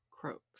croaks